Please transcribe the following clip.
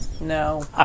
no